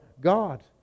God